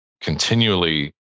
continually